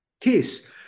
case